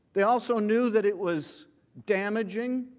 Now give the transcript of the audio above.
they also new that it was damaging.